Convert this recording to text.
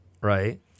Right